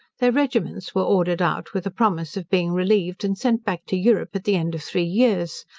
their regiments were ordered out with a promise of being relieved, and sent back to europe at the end of three years,